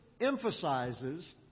emphasizes